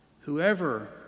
Whoever